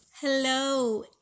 Hello